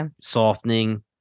softening